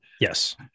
Yes